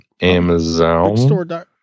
Amazon